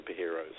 Superheroes